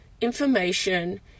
information